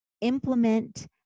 implement